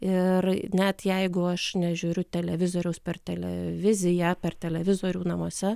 ir net jeigu aš nežiūriu televizoriaus per televiziją per televizorių namuose